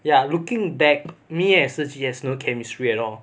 ya looking back me and shi qi has no chemistry at all